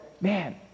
Man